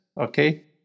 okay